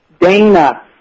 Dana